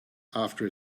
after